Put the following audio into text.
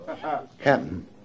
Captain